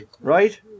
right